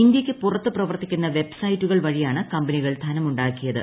ഇന്തൃയ്ക്ക് പുറത്ത് പ്രവർത്തിക്കുന്ന വെബ് സൈറ്റുകൾ വഴിയാണ് കമ്പനികൾ ധനമുണ്ടാക്കിയത്